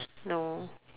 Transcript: no